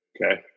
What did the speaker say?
Okay